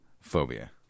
phobia